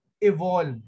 evolve